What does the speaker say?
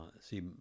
See